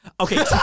Okay